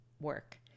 work